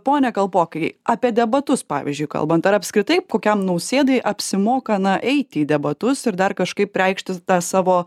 pone kalpokai apie debatus pavyzdžiui kalbant ar apskritai kokiam nausėdai apsimoka na eiti į debatus ir dar kažkaip reikštis tą savo